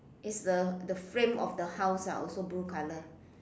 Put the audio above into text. is the the frame of the house ah also blue colour